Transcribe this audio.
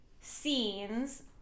scenes